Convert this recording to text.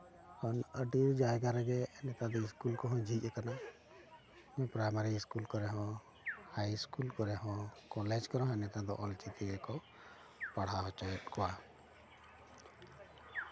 ᱟᱹᱰᱤ ᱡᱟᱭᱜᱟ ᱨᱮᱜᱮ ᱱᱮᱛᱟᱨ ᱫᱚ ᱥᱠᱩᱞ ᱠᱚᱦᱚᱸ ᱡᱷᱤᱡ ᱟᱠᱟᱱᱟ ᱯᱨᱟᱭᱢᱟᱨᱤ ᱥᱠᱩᱞ ᱠᱚᱨᱮ ᱦᱚᱸ ᱦᱟᱭ ᱥᱠᱩᱞ ᱠᱚᱨᱮ ᱦᱚᱸ ᱠᱚᱞᱮᱡᱽ ᱠᱚᱨᱮ ᱦᱚᱸ ᱱᱮᱛᱟᱨ ᱫᱚ ᱚᱞ ᱪᱤᱠᱤ ᱜᱮᱠᱚ ᱯᱟᱲᱦᱟᱣ ᱦᱚᱪᱚᱭᱮᱫ ᱠᱚᱣᱟ